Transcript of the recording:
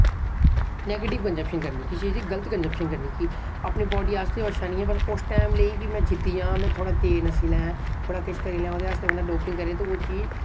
negative consumption करनी कुसै चीज दी गलत कन्जंप्शन करनी कि अपनी बाड्डी आस्तै अच्छा ओ अच्छा नेईं ऐ पर उस टैम लेई कि में जित्ती जां में थोह्ड़ा तेज नस्सी लैं थोह्ड़ा किश करी लैं ओह्दे आस्तै बंदा डोपिंग करै ते ओ चीज